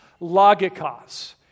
logikos